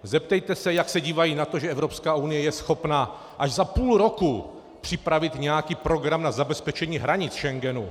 Zeptejte se, jak se dívají na to, že Evropská unie je schopna až za půl roku připravit nějaký program na zabezpečení hranic Schengenu.